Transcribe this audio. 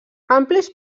amplis